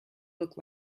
look